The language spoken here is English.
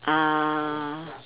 uh